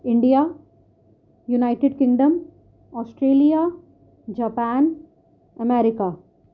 India United Kingdom Australia Japan America